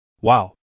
Wow